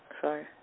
Sorry